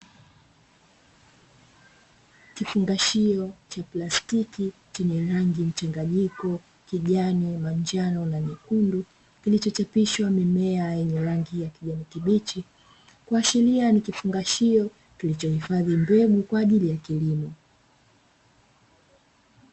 Kifungashio cha plastiki chenye rangi mchanganyiko kijani, manjano na nyekundu kilichochapishwa mimea yenye rangi ya kijani kibichi, kuashiria ni kifungashio kilichohifadhi mbegu kwa ajili ya kilimo.